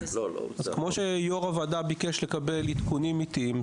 כמו שיושב-ראש הוועדה ביקש לקבל עדכונים עתיים,